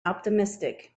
optimistic